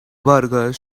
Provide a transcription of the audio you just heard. burger